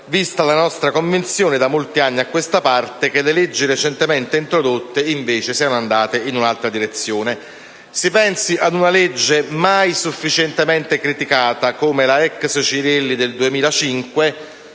vista la nostra convinzione, da molti anni a questa parte, che le leggi recentemente introdotte, invece, siano andate in un'altra direzione. Si pensi ad una legge mai sufficientemente criticata come la *ex* Cirielli del 2005,